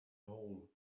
hole